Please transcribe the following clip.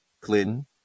clinton